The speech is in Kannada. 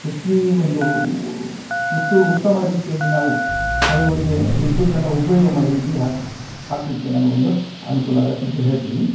ಹೆಚ್ಚಿಗೆ ಒಂದೂ ಉತ್ತು ಉತ್ತಮ ರೀತಿಯಲ್ಲಿ ನಾವು ಹೊಲಗಳಿಗೆ ವಿದ್ಯುತ್ತನ್ನ ಉಪಯೋಗ ಮಾಡಿ ನೀರು ಹಾರ್ಸ ಹಾಕಲಿಕ್ಕೆ ನಮಗೊಂದು ಅನುಕೂಲ ಆಗತ್ತೆ ಅಂತ ಹೇಳ್ತೀವಿ